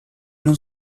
non